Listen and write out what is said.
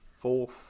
fourth